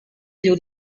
llur